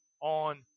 on